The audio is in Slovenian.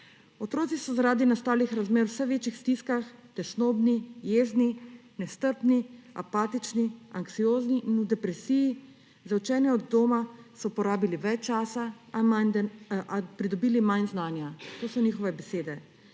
Otroci so zaradi nastalih razmer v vse večjih stiskah, tesnobni, jezni, nestrpni, apatični, anksiozni in v depresiji, za učenje od doma so porabili več časa, a pridobili manj znanj. To so njihove besede.